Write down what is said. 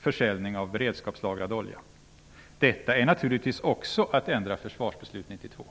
försäljning av beredskapslagrad olja. Detta är naturligtvis också att ändra 1992 års försvarsbeslut.